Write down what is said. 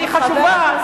היא חשובה,